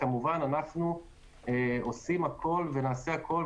אנחנו עושים הכול ונעשה הכול,